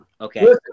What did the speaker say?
Okay